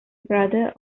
brother